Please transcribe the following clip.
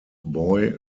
boy